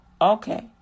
okay